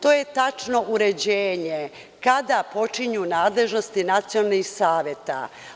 To je tačno uređenje kada počinju nadležnosti nacionalnih saveta.